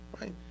right